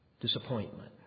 disappointment